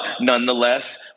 nonetheless